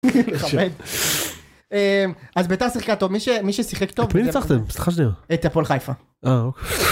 אז ביתר שיחקה טוב. מי ששיחק טוב... את מי ניצחתם? סליחה שנייה. את הפועל חיפה. אה